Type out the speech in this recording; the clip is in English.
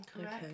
correct